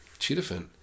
Cheetahfin